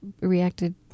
reacted